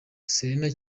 serena